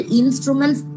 instruments